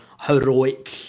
heroic